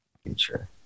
Future